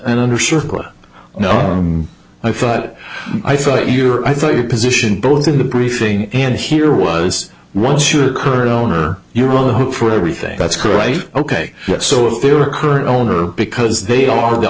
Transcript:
and under circle no i thought i thought you were i thought your position both in the briefing and here was once you're current owner you're on the hook for everything that's right ok so if they were current owner because they are the